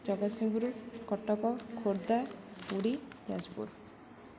Jagatsinghpur Cuttack Khordha Puri Jajpur